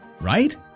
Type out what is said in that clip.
Right